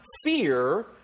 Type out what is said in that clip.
Fear